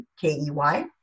K-E-Y